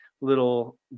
little